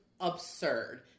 absurd